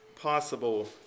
possible